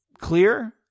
clear